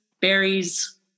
berries